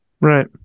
Right